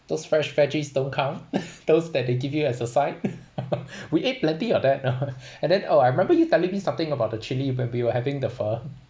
those fresh veggies don't come those that they give you as a side we ate plenty of that (uh huh) and then oh I remember you telling me something about the chili when we were having the pho